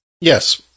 yes